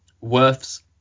Worth's